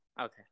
Okay